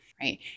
right